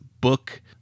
book